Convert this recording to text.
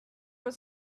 was